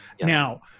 Now